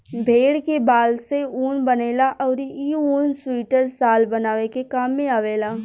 भेड़ के बाल से ऊन बनेला अउरी इ ऊन सुइटर, शाल बनावे के काम में आवेला